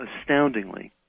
astoundingly